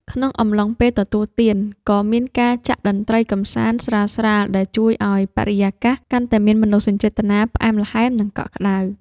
ក្នុងអំឡុងពេលទទួលទាន ក៏មានការចាក់តន្ត្រីកម្សាន្តស្រាលៗ ដែលជួយឱ្យបរិយាកាសកាន់តែមានមនោសញ្ចេតនាផ្អែមល្ហែម និងកក់ក្ដៅ។